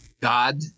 God